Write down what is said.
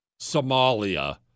Somalia